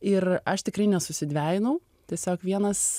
ir aš tikrai nesusidvejinau tiesiog vienas